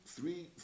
three